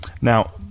Now